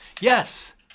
yes